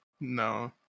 No